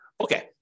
Okay